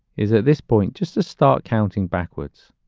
is at this point just to start counting backwards.